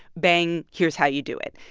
bang. here's how you do it.